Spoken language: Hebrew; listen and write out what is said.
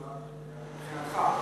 יש כן דמיון, מבחינתך.